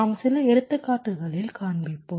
நாம் சில எடுத்துக்காட்டுகளில் காண்பிப்போம்